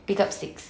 pick up sticks